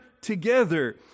together